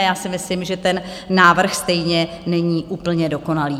Já si myslím, že ten návrh stejně není úplně dokonalý.